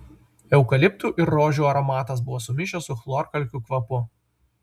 eukaliptų ir rožių aromatas buvo sumišęs su chlorkalkių kvapu